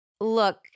look